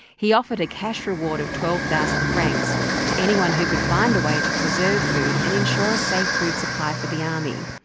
he offered a cash reward of twelve thousand francs to anyone who could find a way to preserve food and ensure a safe food supply for the army.